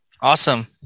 Awesome